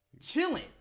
chilling